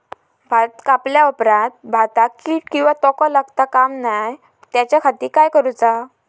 भात कापल्या ऑप्रात भाताक कीड किंवा तोको लगता काम नाय त्याच्या खाती काय करुचा?